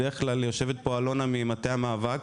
בדרך כלל יושבת פה אלונה ממטה המאבק